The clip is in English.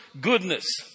Goodness